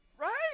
Right